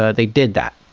ah they did that.